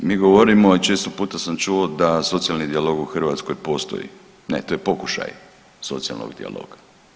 Mi govorimo, a često puta sam čuo da socijalni dijalog u Hrvatskoj postoji, ne to je pokušaj socijalnog dijaloga.